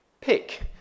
pick